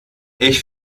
ich